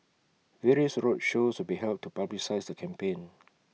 various roadshows will be held to publicise the campaign